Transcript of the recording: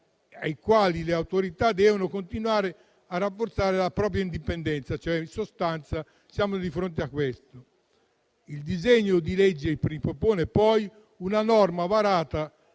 ai quali le autorità devono continuare a rafforzare la propria indipendenza. Cioè, in sostanza, siamo di fronte a questo. Il disegno di legge propone poi una norma varata